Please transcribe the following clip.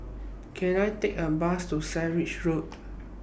Can I Take A Bus to Sandwich Road